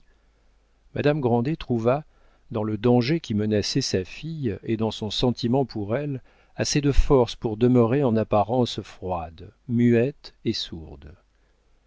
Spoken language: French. grandet trouva dans le danger qui menaçait sa fille et dans son sentiment pour elle assez de force pour demeurer en apparence froide muette et sourde